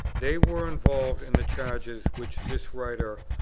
they were involved in the charges which this writer,